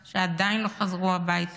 שעדיין לא חזרו הביתה.